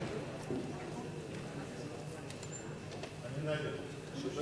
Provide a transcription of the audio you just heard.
8) (ועדות קבלה ביישובים